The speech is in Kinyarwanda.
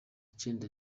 icenda